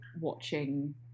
watching